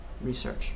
research